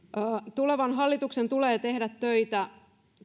tulevan hallituksen tulee tehdä töitä